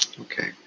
Okay